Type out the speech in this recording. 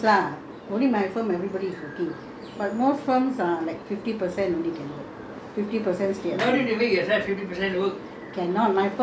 no most of the offices they taking turns half half like big firms lah only my firm everybody is working but most firms are like fifty percent only can work